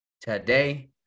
today